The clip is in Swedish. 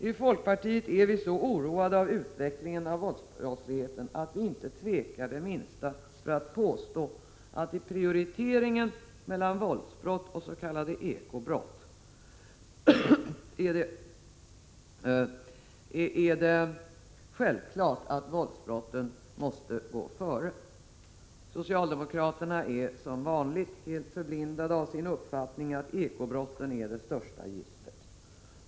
I folkpartiet är vi så oroade av utvecklingen av våldsbrottsligheten att vi inte tvekar det minsta för att påstå att det i prioriteringen mellan våldsbrott och s.k. ekobrott är självklart att våldsbrotten måste gå före. Socialdemokraterna är som vanligt helt förblindade av sin uppfattning att ekobrotten är det största gisslet.